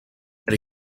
and